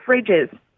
fridges